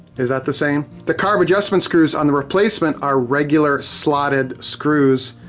is that the same? the carb adjustment screws on the replacement are regular slotted screws,